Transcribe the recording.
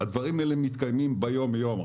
הדברים האלה מתקיימים ביום-יום.